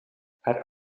haar